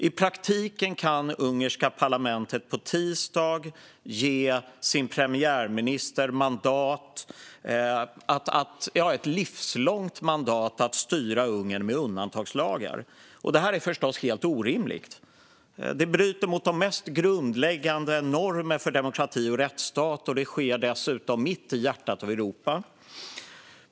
I praktiken kan det ungerska parlamentet på tisdag ge sin premiärminister ett livslångt mandat att styra Ungern med undantagslagar. Detta är förstås helt orimligt. Det bryter mot de mest grundläggande normerna för demokrati och rättsstat, och det sker dessutom mitt i hjärtat av Europa.